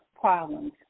problems